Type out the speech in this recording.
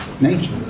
Nature